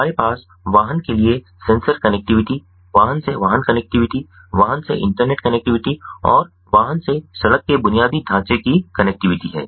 हमारे पास वाहन के लिए सेंसर कनेक्टिविटी वाहन से वाहन कनेक्टिविटी वाहन से इंटरनेट कनेक्टिविटी और वाहन से सड़क के बुनियादी ढांचे की कनेक्टिविटी हैं